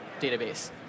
database